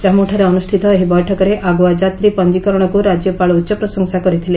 କମ୍ପୁଠାରେ ଅନୁଷ୍ଠିତ ଏହି ବୈଠକରେ ଆଗୁଆ ଯାତ୍ରୀ ପଞ୍ଜୀକରଣକୁ ରାଜ୍ୟପାଳ ଉଚ୍ଚ ପ୍ରଶଂସା କରିଥିଲେ